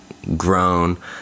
grown